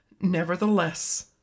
nevertheless